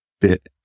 bit